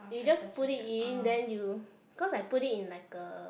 you just put it then you because I put it in like a